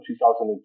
2002